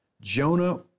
Jonah